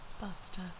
Buster